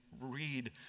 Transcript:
read